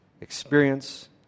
experience